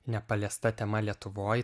nepaliesta tema lietuvoj